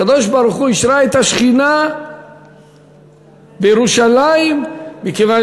הקב"ה השרה את השכינה בירושלים מכיוון